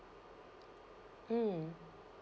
mm